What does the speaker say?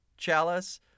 chalice